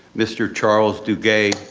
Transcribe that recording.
mr. charles duguay,